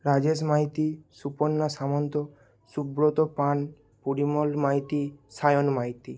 Rajesh Maity Suparna Samanta Subrata Pan Parimal Maity Sayan Maiti